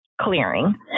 clearing